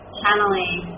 channeling